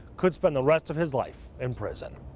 could spend the rest of his life in prison.